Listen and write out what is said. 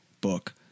book